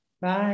Bye